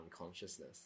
unconsciousness